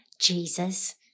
Jesus